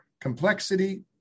complexity